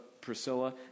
Priscilla